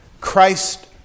Christ